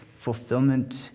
fulfillment